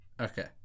Okay